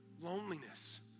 loneliness